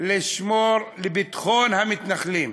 לשמור על ביטחון המתנחלים.